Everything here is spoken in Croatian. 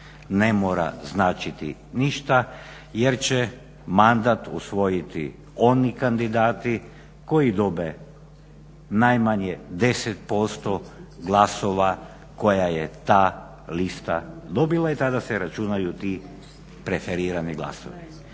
ne mora značiti ništa jer će mandat usvojiti oni kandidati koji dobe najmanje 10% glasova koje je ta lista dobila i tada se računaju ti preferirani glasovi.